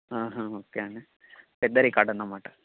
okay అండి పెద్ద record అన్నమాట